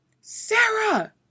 Sarah